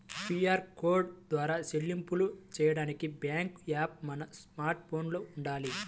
QR code ద్వారా చెల్లింపులు చెయ్యడానికి బ్యేంకు యాప్ మన స్మార్ట్ ఫోన్లో వుండాలి